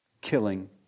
killing